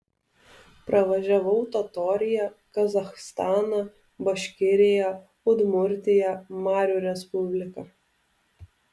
pravažiavau totoriją kazachstaną baškiriją udmurtiją marių respubliką